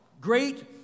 great